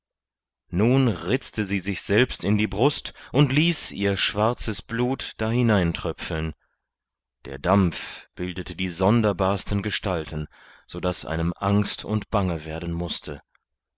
nun ritzte sie sich selbst in die brust und ließ ihr schwarzes blut dahinein tröpfeln der dampf bildete die sonderbarsten gestalten sodaß einem angst und bange werden mußte